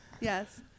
Yes